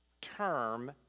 term